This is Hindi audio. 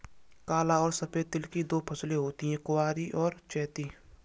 काला और सफेद तिल की दो फसलें होती है कुवारी और चैती